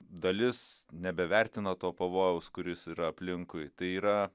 dalis nebevertina to pavojaus kuris yra aplinkui tai yra